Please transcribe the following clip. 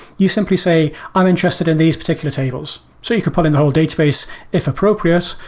you simply say, i'm interested in these particular tables. so you could put in the whole database if appropriate.